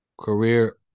career